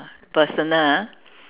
personal ah